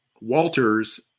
Walter's